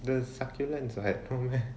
the succulent [what] no meh